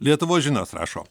lietuvos žinios rašo